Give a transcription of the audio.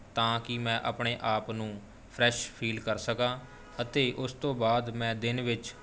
ਤਾਂ ਕਿ ਮੈਂ ਆਪਣੇ ਆਪ ਨੂੰ ਫਰੈਸ਼ ਫੀਲ ਕਰ ਸਕਾਂ ਅਤੇ ਉਸ ਤੋਂ ਬਾਅਦ ਮੈਂ ਦਿਨ ਵਿੱਚ